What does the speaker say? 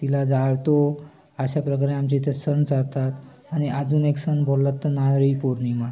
तिला जाळतो अशा प्रकारे आमचे इथे सण चालतात आणि अजून एक सण बोललात तर नारळी पौर्णिमा